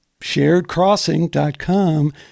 sharedcrossing.com